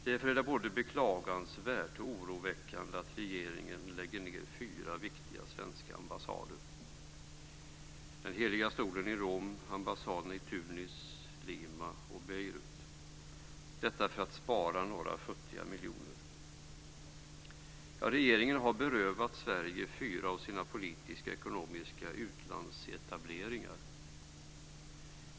Därför är det både beklagansvärt och oroväckande att regeringen lägger ned fyra viktiga svenska ambassader: ambassaden vid Heliga stolen i Detta gör man för att spara några futtiga miljoner. Regeringen har berövat Sverige fyra av sina politiska och ekonomiska utlandsetableringar.